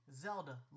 Zelda